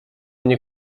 nie